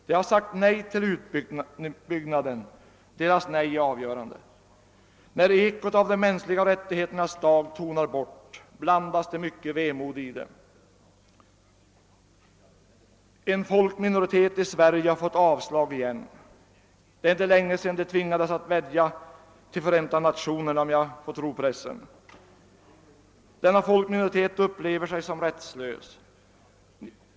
De har sagt nej till denna utbyggnad, och deras nej är avgörande. När ekot av »de mänskliga rättigheternas dag» tonar bort blandas det däri mycket vemod. En folkminoritet har återigen fått ett avslag. Det är inte länge sedan denna minoritet, om jag får tro pressen, tvingades att vädja till Förenta nationerna. Denna folkminori tet upplever sig som rättslös.